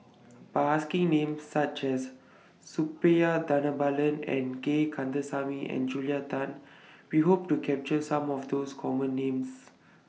By asking Names such as Suppiah Dhanabalan Gay Kandasamy and Julia Tan We Hope to capture Some of those Common Names